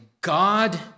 God